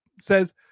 says